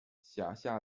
辖下